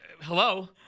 Hello